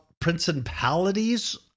principalities